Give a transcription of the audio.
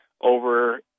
over